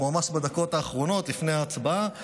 אנחנו ממש בדקות האחרונות לפני ההצבעה,